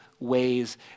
ways